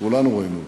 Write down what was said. כולנו ראינו אותו,